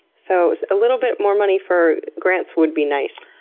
so, a little bit more money for grants would be nice.